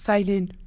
Silent